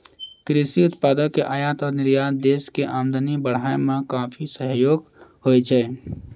कृषि उत्पादों के आयात और निर्यात देश के आमदनी बढ़ाय मॅ काफी सहायक होय छै